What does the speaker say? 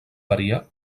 varia